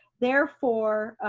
therefore,